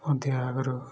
ମଧ୍ୟ ଆଗରୁ